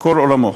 כל עולמו.